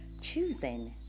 choosing